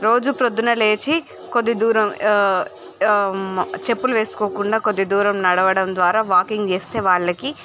రోజు ప్రొద్దున్న లేచి చెప్పులు వేసుకోకుండా కొద్ది దూరం నడవడం ద్వారా వాకింగ్ చేస్తే వాళ్ళకి